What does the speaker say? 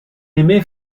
aimait